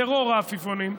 טרור העפיפונים,